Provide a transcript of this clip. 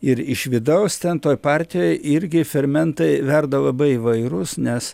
ir iš vidaus ten toj partijoj irgi fermentai verda labai įvairus nes